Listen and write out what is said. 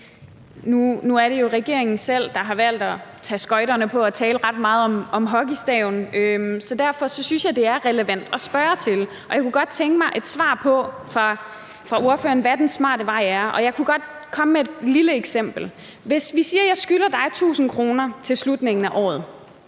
Nu er det jo regeringen selv, der har valgt at tage skøjterne på og tale ret meget om hockeystaven. Derfor synes jeg, det er relevant at spørge til, og jeg kunne godt tænke mig et svar fra ordføreren på, hvad den smarte vej er. Jeg kunne godt komme med et lille eksempel. Hvis vi siger, jeg skylder dig 1.000 kr. til slutningen af året,